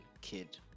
kid